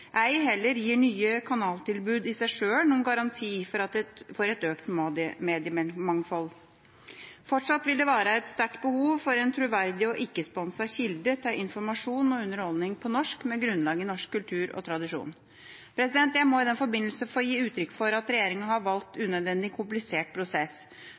Ei heller gir nye kanaltilbud i seg sjøl noen garanti for et økt mediemangfold. Fortsatt vil det være et sterkt behov for en troverdig og ikke-sponset kilde til informasjon og underholdning på norsk med grunnlag i norsk kultur og tradisjon. Jeg må i den forbindelse få gi uttrykk for at regjeringa har valgt en unødvendig komplisert prosess.